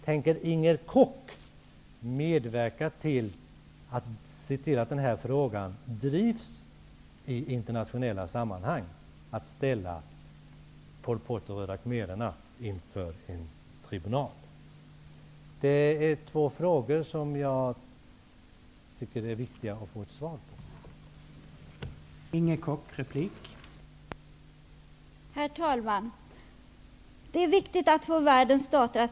Tänker Inger Koch medverka till att frågan om att ställa Pol Pot och röda khmererna inför en tribunal drivs i internationella sammanhang? Det är två frågor som jag tycker att det är viktigt att få svar på.